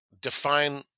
define